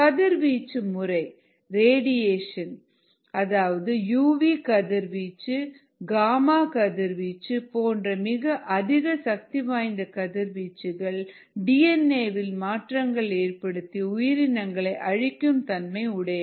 கதிர்வீச்சு முறை அதாவது யூவி கதிர்வீச்சு காமா கதிர்வீச்சு போன்ற மிக அதிக சக்தி வாய்ந்த கதிர்வீச்சுகள் டிஎன்ஏ வில் மாற்றங்களை ஏற்படுத்தி உயிரினங்களை அழிக்கும் தன்மை உடையவை